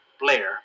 Blair